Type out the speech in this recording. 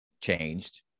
changed